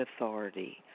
authority